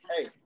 hey